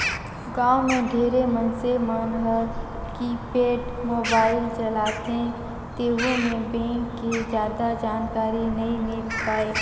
गांव मे ढेरे मइनसे मन हर कीपेड मोबाईल चलाथे तेहू मे बेंक के जादा जानकारी नइ मिल पाये